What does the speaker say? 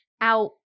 out